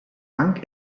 bank